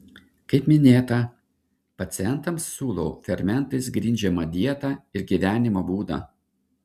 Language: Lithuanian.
kaip minėta pacientams siūlau fermentais grindžiamą dietą ir gyvenimo būdą